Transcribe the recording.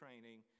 training